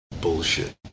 bullshit